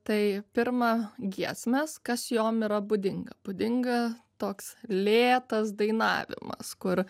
tai pirma giesmės kas jom yra būdinga būdinga toks lėtas dainavimas kur